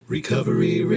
Recovery